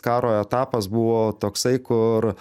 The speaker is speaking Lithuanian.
karo etapas buvo toksai kur